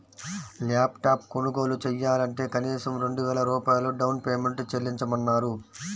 lap top కొనుగోలు చెయ్యాలంటే కనీసం రెండు వేల రూపాయలు డౌన్ పేమెంట్ చెల్లించమన్నారు